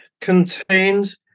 contained